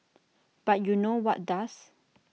but you know what does